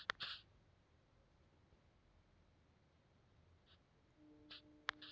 PFDF scheme ನಗರಗಳ ಮೂಲಸೌಕರ್ಯ ಸೌಲಭ್ಯನ ಸುಧಾರಸೋ ಸ್ಕೇಮ್ ಐತಿ